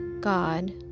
God